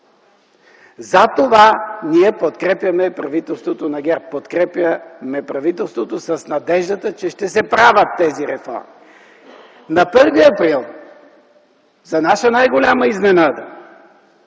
Затова ние подкрепяме правителството на ГЕРБ, подкрепяме правителството с надеждата, че ще се правят тези реформи. На 1 април т.г. за наша най-голяма изненада